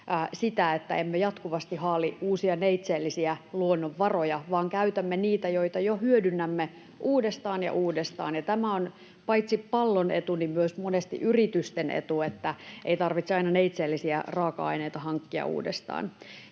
että emme jatkuvasti haali uusia neitseellisiä luonnonvaroja vaan käytämme niitä, joita jo hyödynnämme, uudestaan ja uudestaan. Tämä on paitsi pallon etu myös monesti yritysten etu, että ei tarvitse aina neitseellisiä raaka-aineita hankkia uudestaan.